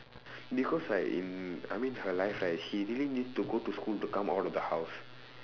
because right in I mean her life right she really needs to go to school to come out of the house